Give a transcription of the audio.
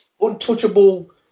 untouchable